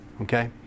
Okay